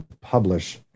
publish